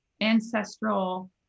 ancestral